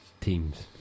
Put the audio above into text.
teams